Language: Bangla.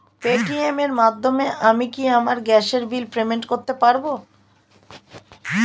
পেটিএম এর মাধ্যমে আমি কি আমার গ্যাসের বিল পেমেন্ট করতে পারব?